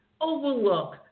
overlook